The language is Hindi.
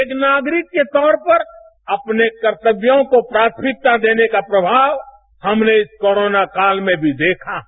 एक नागरिक के तौर पर अपने कर्तव्यों को प्राथमिकता देने का प्रभाव हमने इस कोरोना काल में भी देखा है